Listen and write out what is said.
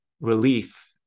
relief